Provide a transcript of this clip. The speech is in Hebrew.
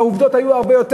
בעובדות היו הרבה יותר.